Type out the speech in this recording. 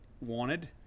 wanted